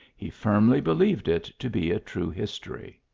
he firmly believed it to be a true history.